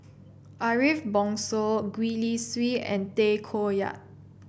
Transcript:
Ariff Bongso Gwee Li Sui and Tay Koh Yat